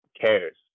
cares